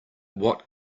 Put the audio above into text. what